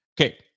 Okay